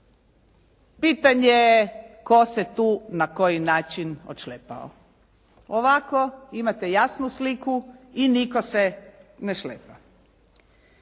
Pitanje je tko se tu na koji način odšlepao. Ovako imate jasnu sliku i nitko se ne šlepa.